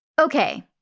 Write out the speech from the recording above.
Okay